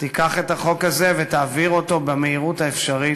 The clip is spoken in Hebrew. תיקח את החוק הזה ותעביר אותו במהירות האפשרית,